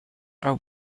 are